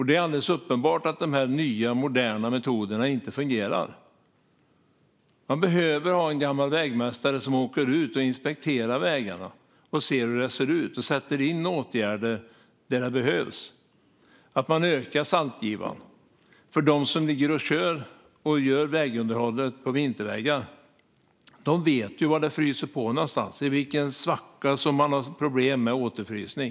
Det är alldeles uppenbart att de nya, moderna metoderna inte fungerar. Det behöver finnas en gammal vägmästare som åker ut och inspekterar vägarna för att se hur det ser ut och sätter in åtgärder där det behövs. Man behöver öka saltgivan. De som ligger och kör och gör underhållet på vintervägarna vet var det fryser på och i vilken svacka det är problem med återfrysning.